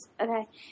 Okay